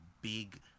big